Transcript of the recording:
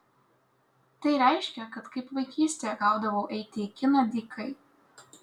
tai reiškė kad kaip vaikystėje gaudavau eiti į kiną dykai